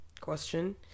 question